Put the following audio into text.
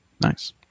Nice